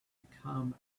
become